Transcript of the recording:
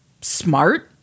smart